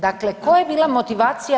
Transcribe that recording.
Dakle, koja je bila motivacija?